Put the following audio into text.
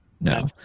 No